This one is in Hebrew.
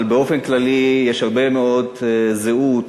אבל באופן כללי, יש הרבה מאוד זהות.